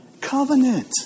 Covenant